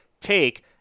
take